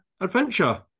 Adventure